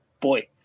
boy